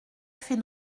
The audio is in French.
fait